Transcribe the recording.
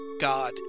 god